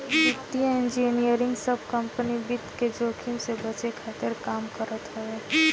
वित्तीय इंजनियरिंग सब कंपनी वित्त के जोखिम से बचे खातिर काम करत हवे